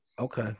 okay